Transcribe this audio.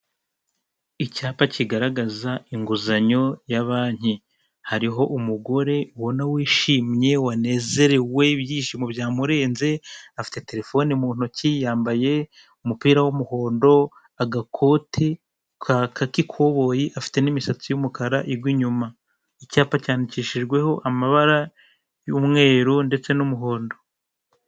Icyapa kigaragaza inguzanyo ya banki. Hariho umugore ubona wishimye, wanezerewe, ibyishimo byamurenze, afite telefoni mu ntoki, yambaye umupira w'umuhondo, agakoti k'ikoboyi, afite n'imisatsi y'umukara igwa inyuma. Icyapa cyandikishijweho amabara y'umweru ndetse n'umuhondo.